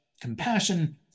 compassion